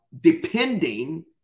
depending